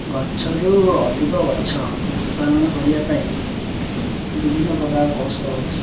ଗଛରୁ ଅଧିକ ଗଛ ଉତ୍ପାଦନ କରିବା ପାଇଁ ବିଭିନ୍ନ ପ୍ରକାର କୌଶଳ ଅଛି